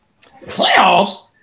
Playoffs